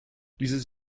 dieses